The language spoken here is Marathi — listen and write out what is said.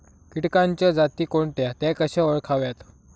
किटकांच्या जाती कोणत्या? त्या कशा ओळखाव्यात?